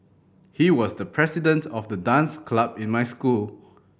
he was the president of the dance club in my school